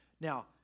Now